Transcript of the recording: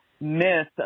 myth